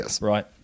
right